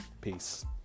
Peace